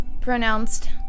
pronounced